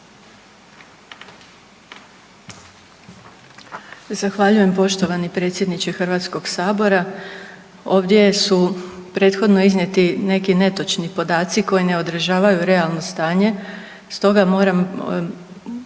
Zahvaljujem poštovani predsjedniče HS. Ovdje su prethodno iznijeti neki netočni podaci koji ne odražavaju realno stanje, stoga moram